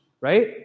right